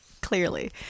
clearly